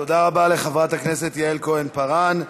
תודה רבה לחברת הכנסת יעל כהן-פארן.